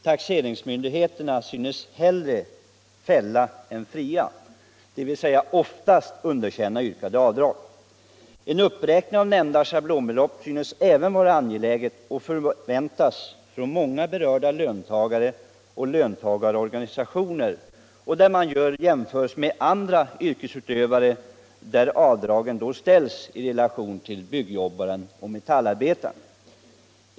Taxeringsmyndigheterna synes hellre fälla än fria, dvs. oftast underkänna yrkade avdrag. En uppräkning av nämnda schablonbelopp är angelägen och förväntas av många berörda löntagare och löntagarorganisationer. Där gör man jämförelser med andra yrkesutövare, och avdragen ställs då i relation till byggjobbaren och metallarbetaren.